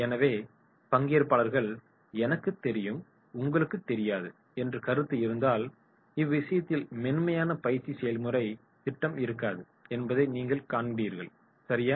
எனவே பங்கேற்பாளர்கள் "எனக்குத் தெரியும் உங்களுக்குத் தெரியாது" என்ற கருத்து இருந்தால் இவ்விஷயத்தில் மென்மையான பயிற்சி செயல்முறை திட்டம் இருக்காது என்பதைக் நீங்கள் காண்பீர்கள் சரியா